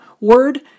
word